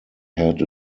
had